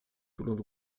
tuląc